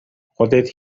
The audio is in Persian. خودت